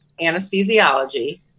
anesthesiology